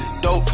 Dope